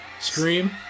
Scream